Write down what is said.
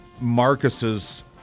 Marcus's